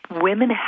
women